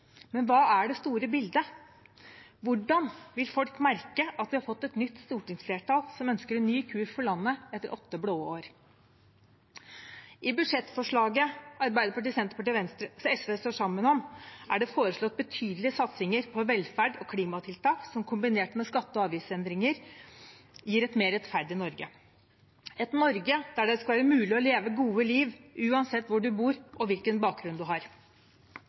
Men hva er det store bildet? Hvordan vil folk merke at vi har fått et nytt stortingsflertall, som ønsker en ny kurs for landet etter åtte blå år? I budsjettforslaget Arbeiderpartiet, Senterpartiet og SV står sammen om, er det foreslått betydelige satsinger på velferd og klimatiltak som kombinert med skatte- og avgiftsendringer gir et mer rettferdig Norge – et Norge der det skal være mulig å leve gode liv, uansett hvor du bor og hvilken bakgrunn du har.